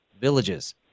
villages